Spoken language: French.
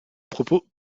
propos